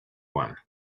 one